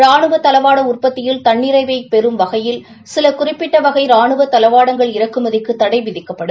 ராணுவ தளவாட உற்பத்தியில் தன்னிறைவை பெரும் வகையில் சில குறிப்பிட்ட வகை ராணுவ தளவாடங்கள் இறக்குமதிக்கு தடை விதிக்கப்படும்